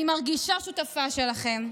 אני מרגישה שותפה שלכם,